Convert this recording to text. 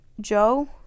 Joe